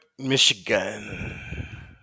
Michigan